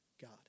God